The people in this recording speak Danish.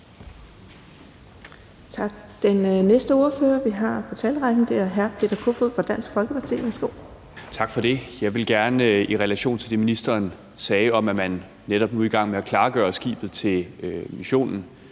Tak. Den næste spørger i talerrækken er hr. Peter Kofod fra Dansk Folkeparti. Værsgo. Kl. 12:16 Peter Kofod (DF): Tak for det. I relation til det, ministeren sagde om, at man netop nu er i gang med at klargøre skibet til missionen,